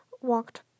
walked